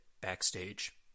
backstage